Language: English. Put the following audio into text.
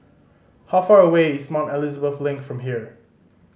how far away is Mount Elizabeth Link from here